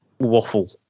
waffle